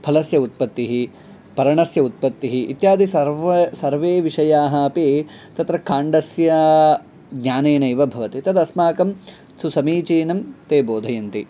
फलस्य उत्पत्तिः पर्णस्य उत्पत्तिः इत्यादि सर्वे सर्वे विषयाः अपि तत्र खाण्डस्य ज्ञानेनैव भवति तद् अस्माकं तु समीचीनं ते बोधयन्ति